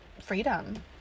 freedom